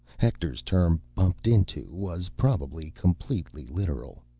hector's term, bumped into was probably completely literal.